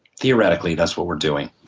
theoretically that's what we're doing.